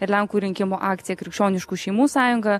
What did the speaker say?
ir lenkų rinkimų akcija krikščioniškų šeimų sąjunga